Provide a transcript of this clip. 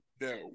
No